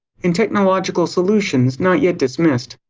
and technological solutions not yet dismissed.